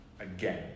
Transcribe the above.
Again